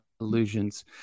illusions